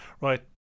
right